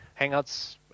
Hangouts